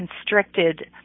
constricted